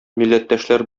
милләттәшләр